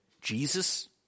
Jesus